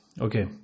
Okay